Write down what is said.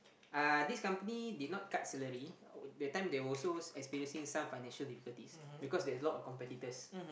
uh this company did not cut salary that time they were also experiencing some financial difficulties because there's a lot of competitors